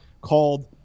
called